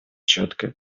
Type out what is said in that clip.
четкое